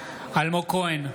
אלמוג כהן,